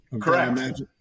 Correct